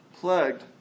plagued